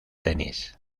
tenis